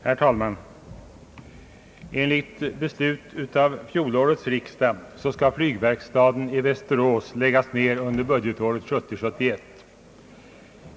Herr talman! Enligt beslut av fjolårets riksdag skall flygverkstaden i Västerås läggas ned under budgetåret 1970/71.